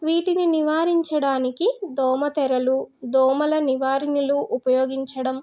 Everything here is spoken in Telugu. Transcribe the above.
వీటిని నివారించడానికి దోమతెరలు దోమల నివారిణులు ఉపయోగించడం